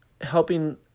helping